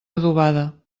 adobada